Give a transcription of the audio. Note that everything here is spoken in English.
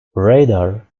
radar